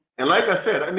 and like i said, i mean